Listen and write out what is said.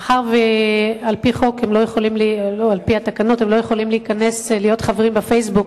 מאחר שעל-פי התקנות הם לא יכולים להיכנס להיות חברים ב"פייסבוק"